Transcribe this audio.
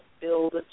build